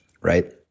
right